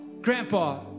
Grandpa